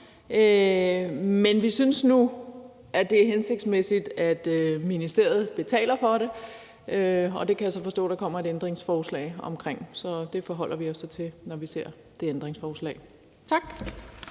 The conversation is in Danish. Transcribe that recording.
Men vi synes nu, at det er hensigtsmæssigt, at ministeriet betaler for det. Det kan jeg så forstå der kommer et ændringsforslag om, så det forholder vi os til, når vi ser det ændringsforslag. Tak.